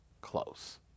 close